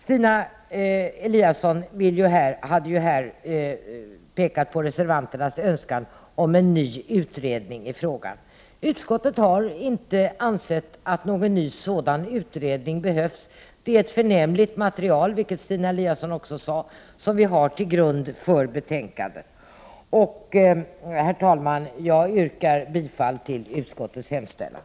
Stina Eliasson framhöll ju här reservanternas önskan om en ny utredning i frågan. Utskottet har inte ansett att någon ny sådan utredning behövs. Det är ett förnämligt material, vilket Stina Eliasson också sade, som vi har till grund för betänkandet. Herr talman! Jag yrkar bifall till utskottets hemställan.